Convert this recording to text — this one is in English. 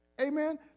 Amen